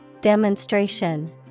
Demonstration